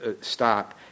stop